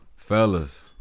Fellas